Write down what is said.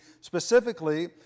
Specifically